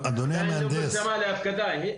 רגע, רגע.